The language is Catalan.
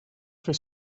fer